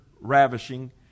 ravishing